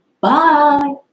Bye